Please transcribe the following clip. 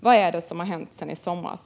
Vad är det som har hänt sedan i somras?